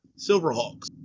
Silverhawks